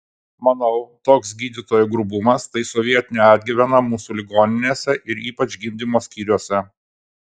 manau toks gydytojų grubumas tai sovietinė atgyvena mūsų ligoninėse ir ypač gimdymo skyriuose